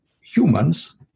humans